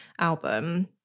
album